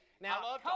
now